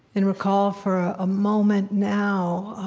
and recall for a moment now